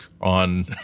on